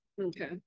Okay